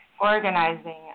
organizing